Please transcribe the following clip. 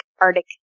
Arctic